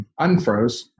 unfroze